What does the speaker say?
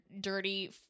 dirty